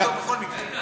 הוא יחתום בכל מקרה.